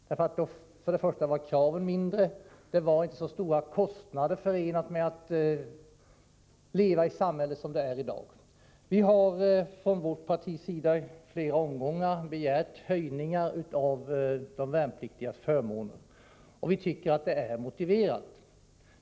Då var kraven mindre, och det var inte så stora kostnader förenade med att leva i samhället som det är i dag. Vi har från vårt partis sida i flera omgångar begärt höjningar av de värnpliktigas förmåner, och vi tycker att det är motiverat.